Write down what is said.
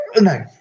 No